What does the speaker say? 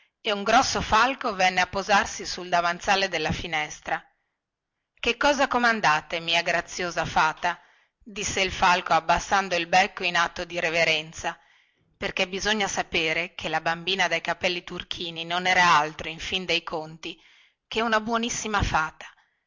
e un grosso falco venne a posarsi sul davanzale della finestra che cosa comandate mia graziosa fata disse il falco abbassando il becco in atto di reverenza perché bisogna sapere che la bambina dai capelli turchini non era altro in fin dei conti che una buonissima fata